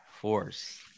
force